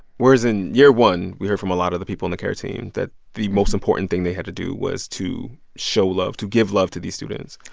whereas in year one, we heard from a lot of the people on the care team that the most important thing they had to do was to show love to give love to these students,